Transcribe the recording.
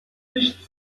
sich